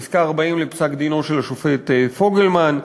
פסקה 40 בפסק-דינו של השופט פוגלמן,